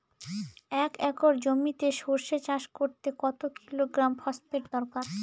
এক একর জমিতে সরষে চাষ করতে কত কিলোগ্রাম ফসফেট দরকার?